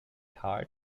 heart